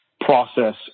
process